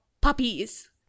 puppies